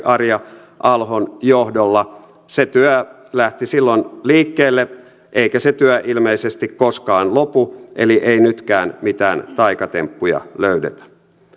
arja alhon johdolla se työ lähti silloin liikkeelle eikä se työ ilmeisesti koskaan lopu eli ei nytkään mitään taikatemppuja löydetä